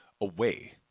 away